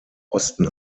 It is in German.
osten